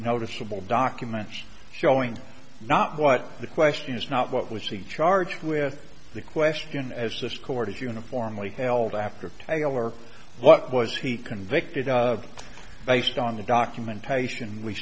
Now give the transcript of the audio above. noticeable documents showing not what the question is not what was he charged with the question as this court is uniformly held after title or what was he convicted based on the documentation we